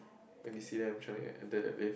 when did C_M trying to attack the wave